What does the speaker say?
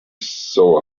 saw